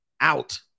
out